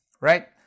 right